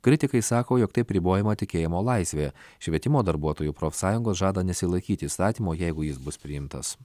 kritikai sako jog taip ribojama tikėjimo laisvė švietimo darbuotojų profsąjungos žada nesilaikyti įstatymo jeigu jis bus priimtas